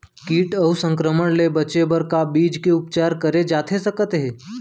किट अऊ संक्रमण ले बचे बर का बीज के उपचार करे जाथे सकत हे?